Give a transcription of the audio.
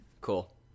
Cool